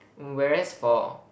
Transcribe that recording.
whereas for